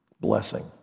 blessing